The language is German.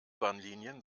bahnlinien